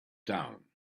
town